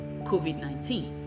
COVID-19